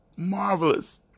Marvelous